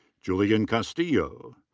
julian castillo.